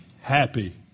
Happy